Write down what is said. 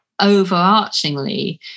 overarchingly